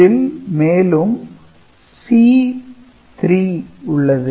இதில் மேலும் C3 உள்ளது